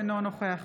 אינו נוכח